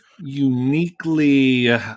uniquely